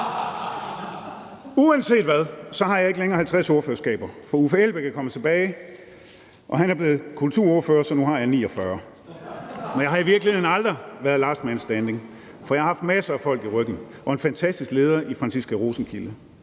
Uanset hvad har jeg ikke længere 50 ordførerskaber, for Uffe Elbæk er kommet tilbage, og han er blevet kulturordfører – så nu har jeg 49. Men jeg har i virkeligheden aldrig været last man standing, for jeg har haft masser af folk i ryggen og en fantastisk leder i Franciska Rosenkilde.